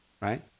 right